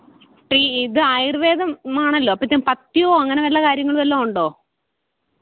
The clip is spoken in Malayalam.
ഇപ്പം ഈ ഇത് ആയുർവേദമാണല്ലോ അപ്പം ഇതിന് പത്ത്യമോ അങ്ങനെ വല്ല കാര്യങ്ങൾ വല്ലതുമുണ്ടോ